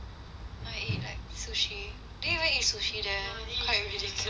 wanna eat like sushi do you even eat sushi there quite ridiculous